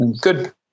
Good